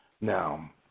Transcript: Now